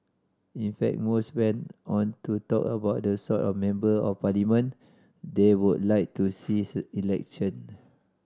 in fact most went on to talk about the sort of Member of Parliament they would like to see election